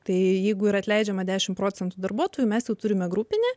tai jeigu ir atleidžiama dešim procentų darbuotojų mes turime grupinę